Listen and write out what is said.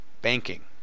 banking